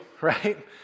right